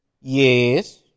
Yes